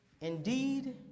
Indeed